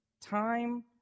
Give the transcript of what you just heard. Time